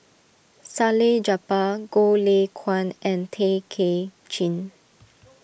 Salleh Japar Goh Lay Kuan and Tay Kay Chin